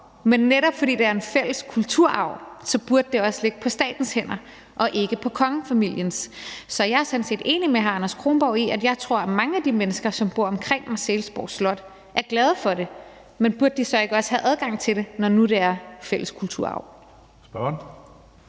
Men netop fordi det er en fælles kulturarv, burde det også ligge på statens hænder og ikke på kongefamiliens. Så jeg er sådan set enig med hr. Anders Kronborg og tror, at mange af de mennesker, som bor omkring Marselisborg Slot, er glade for det. Men burde de så ikke også have adgang til det, når nu det er fælles kulturarv? Kl.